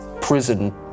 prison